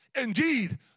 Indeed